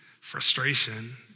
Frustration